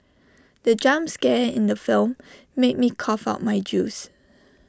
the jump scare in the film made me cough out my juice